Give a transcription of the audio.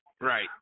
Right